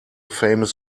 famous